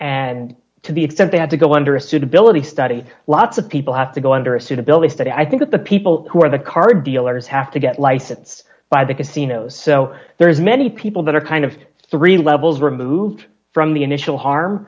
and to the extent they had to go under a suitability study lots of people have to go under a suitability study i think the people who are the car dealers have to get license by the casinos so there's many people that are kind of three levels removed from the initial harm